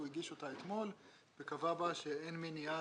הוא הגיש אותה אתמול וקבע בה שאין מניעה